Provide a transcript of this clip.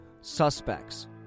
suspects